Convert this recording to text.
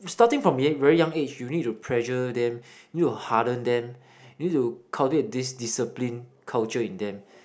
starting from very very young age you need to pressure them you need to harden them you need to cultivate this discipline culture in them